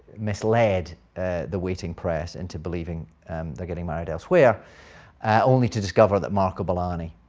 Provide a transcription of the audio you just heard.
misled the waiting press into believing they're getting married elsewhere only to discover that marco bellani